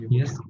yes